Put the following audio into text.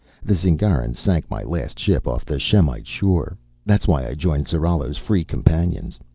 the zingarans sank my last ship off the shemite shore that's why i joined zarallo's free companions.